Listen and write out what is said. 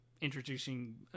introducing